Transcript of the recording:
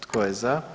Tko je za?